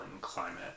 climate